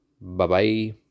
Bye-bye